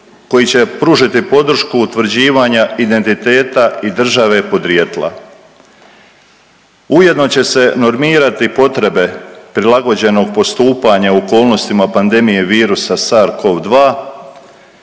koji će pružiti podršku utvrđivanja identiteta i države podrijetla. Ujedno će se normirati potrebe prilagođenog postupanja u okolnostima pandemije virusa SAR COV-2,